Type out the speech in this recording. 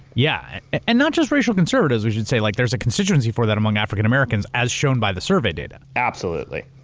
yeah and not just racial conservatives, we should say. like there's a constituency for that among african-americans, as shown by the survey data. absolutely.